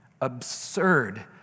Absurd